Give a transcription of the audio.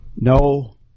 no